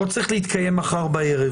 זה לא צריך להתקיים מחר בערב,